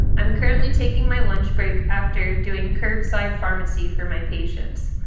i'm currently taking my lunch break after doing curbside pharmacy for my patients.